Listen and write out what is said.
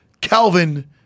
Calvin